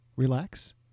Relax